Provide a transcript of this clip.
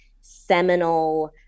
seminal